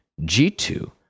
G2